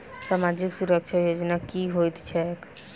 सामाजिक सुरक्षा योजना की होइत छैक?